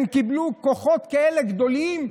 הן קיבלו כוחות כאלה גדולים,